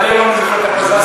עד היום אני זוכר את הפזצט"אות,